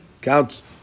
counts